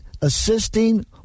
assisting